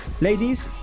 ladies